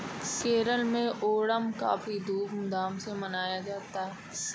केरल में ओणम काफी धूम धाम से मनाया जाता है